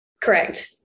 Correct